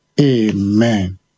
Amen